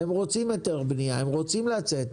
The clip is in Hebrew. הם רוצים היתר בנייה, הם רוצים לצאת,